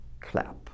clap